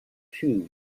cue